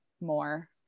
more